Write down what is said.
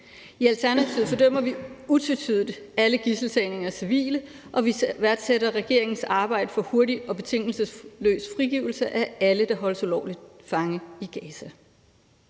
I Alternativet fordømmer vi utvetydigt alle gidseltagninger af civile, og vi værdsætter regeringens arbejde for hurtig og betingelsesløs frigivelse af alle, der holdes ulovligt fanget i Gaza.